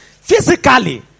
Physically